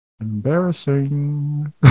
Embarrassing